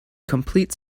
complete